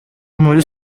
muri